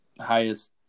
highest